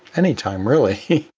anytime, really.